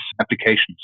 applications